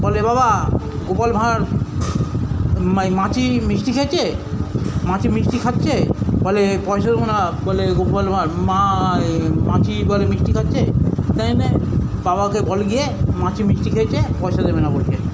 বলে বাবা গোপাল ভাঁড় মাছি মিষ্টি খেয়েছে মাছি মিষ্টি খাচ্ছে বলে পয়সা দেবো না বলে গোপাল ভাঁড় মা এই মাছি বলে মিষ্টি খাচ্ছে তাই নে বাবাকে বল গিয়ে মাছি মিষ্টি খেয়েছে পয়সা দেবে না বলছে